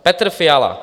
Petr Fiala: